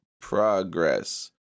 progress